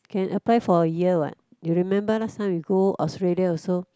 can apply for a year what you remember last time we go Australia also